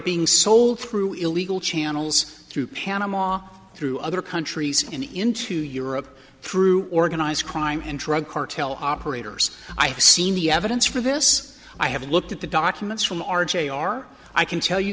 being sold through illegal channels through panama through other countries and into europe through organized crime and drug cartel operators i have seen the evidence for this i haven't looked at the documents from r j are i can tell you